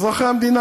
אזרחי המדינה.